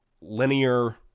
linear